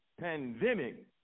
pandemic